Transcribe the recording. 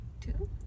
two